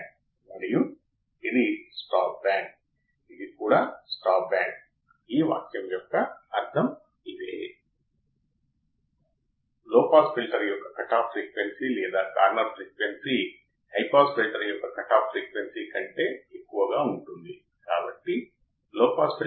కానీ Op amp లో నేను మీకు సానుకూల ఫీడ్బ్యాక్ ఇస్తాను అని మీరు ఒకవేళ op amp కి చెబితే అది సంతోషంగా ఉండదు అంటే op amp ఆసిలేట్ అవ్వడం ప్రారంభిస్తుంది మనం నియంత్రించలేము కాని నేను ప్రతికూల ఫీడ్బ్యాక్ వర్తింపజేస్తే op amp సమర్ధవంతంగా పనిచేస్తుంది కాబట్టి మనకు ఎలా అనిపిస్తుందో దానికి ఒక రకమైన విరుద్ధంగా ఉంటుది ఆప్ ఆంప్ కి